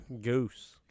Goose